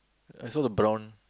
I saw the brown